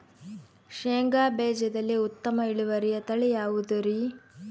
ಶೇಂಗಾ ಬೇಜದಲ್ಲಿ ಉತ್ತಮ ಇಳುವರಿಯ ತಳಿ ಯಾವುದುರಿ?